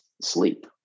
sleep